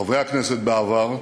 חברי הכנסת בעבר,